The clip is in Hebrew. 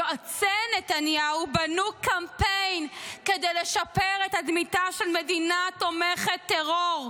יועצי נתניהו בנו קמפיין כדי לשפר את תדמיתה של מדינה תומכת טרור.